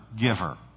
giver